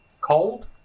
cold